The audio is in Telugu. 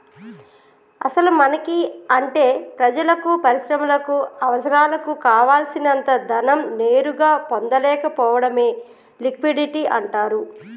అసలు మనకి అంటే ప్రజలకు పరిశ్రమలకు అవసరాలకు కావాల్సినంత ధనం నేరుగా పొందలేకపోవడమే లిక్విడిటీ అంటారు